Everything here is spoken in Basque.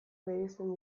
bereizten